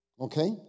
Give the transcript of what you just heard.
okay